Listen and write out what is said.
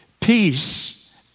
Peace